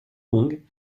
longue